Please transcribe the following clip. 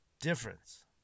difference